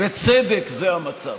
בצדק זה המצב,